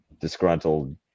disgruntled